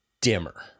dimmer